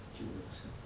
kill yourself